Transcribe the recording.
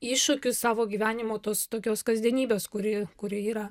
iššūkius savo gyvenimo tos tokios kasdienybės kuri kuri yra